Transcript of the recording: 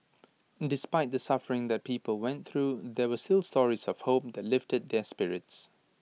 despite the suffering the people went through there were still stories of hope that lifted their spirits